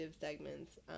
segments